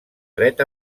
dret